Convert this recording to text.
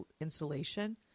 insulation